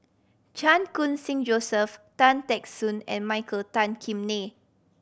Chan Khun Sing Joseph Tan Teck Soon and Michael Tan Kim Nei